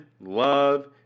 love